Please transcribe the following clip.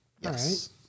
Yes